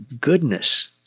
goodness